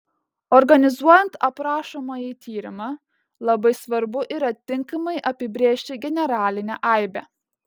organizuojant aprašomąjį tyrimą labai svarbu yra tinkamai apibrėžti generalinę aibę